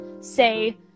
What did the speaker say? say